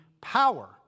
power